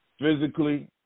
physically